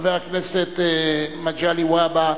חבר הכנסת מגלי והבה,